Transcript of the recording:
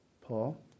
Paul